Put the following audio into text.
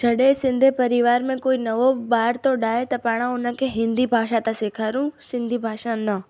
जॾहिं सिंधी परिवार में कोई नओं ॿार थो ॼाए त पाणि हुनखे हिंदी भाषा था सेखारूं सिंधी भाषा न